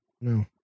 no